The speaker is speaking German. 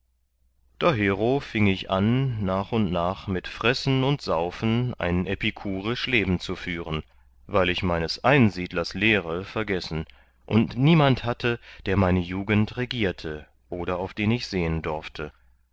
dahero fieng ich an nach und nach mit fressen und saufen ein epikurisch leben zu führen weil ich meines einsiedlers lehre vergessen und niemand hatte der meine jugend regierte oder auf den ich sehen dorfte